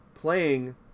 playing